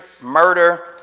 murder